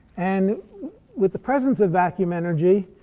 and with the presence of vacuum energy